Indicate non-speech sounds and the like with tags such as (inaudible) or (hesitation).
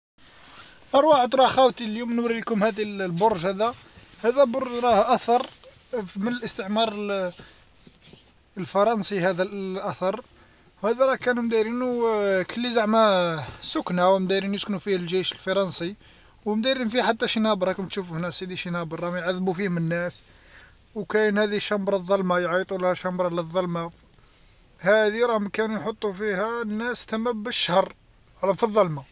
أرواح ترا خاوتي اليوم نوريكم هاذي البرج هذا (hesitation) هذا برج راه أثر من الإستعمار (hesitation) الفرنسي هذا الأثر، وهذا راه كانوا مدايرينو (hesitation) كلي زعما سكنة مديرين يسكنو فيه الجيش الفرنسي، ودايرين فيه فيه حتى شنبر راكم تشوفو هنا أسيدي شنابر راهم يعذبو فيهم الناس، وكاينة هذي شمبرة الظلمة يعيطو لها شمبرة للظلمة، هاذي راهم كانوا يحطو فيها الناس تما بالشهر راهم في الظلمة.